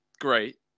great